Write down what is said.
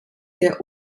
der